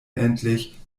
endlich